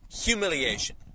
humiliation